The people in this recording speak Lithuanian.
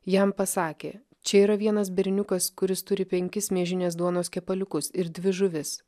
jam pasakė čia yra vienas berniukas kuris turi penkis miežinės duonos kepaliukus ir dvi žuvis